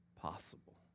possible